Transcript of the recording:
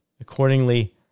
Accordingly